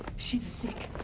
she's sick.